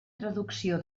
traducció